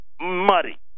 muddy